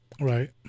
Right